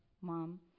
mom